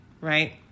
right